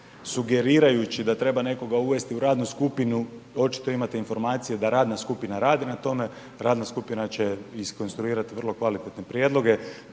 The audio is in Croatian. sugerirajući da treba nekoga uvesti u radnu skupinu, očito imate informacije da radna skupina radi na tome, radna skupina će iskonstruirati vrlo kvalitetne prijedloge,